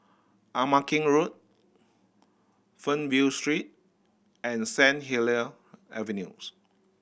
Ama Keng Road Fernvale Street and Saint Helier Avenues